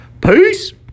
Peace